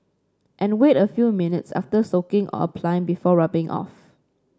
and wait a few minutes after soaking or applying before rubbing off